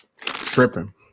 tripping